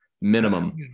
minimum